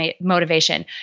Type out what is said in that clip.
motivation